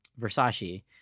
Versace